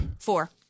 Four